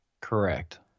Correct